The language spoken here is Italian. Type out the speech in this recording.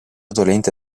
dolente